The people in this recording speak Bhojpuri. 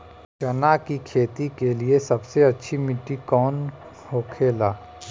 चना की खेती के लिए सबसे अच्छी मिट्टी कौन होखे ला?